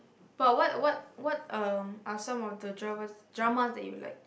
but what what what um are some of the dramas dramas that you like